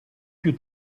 più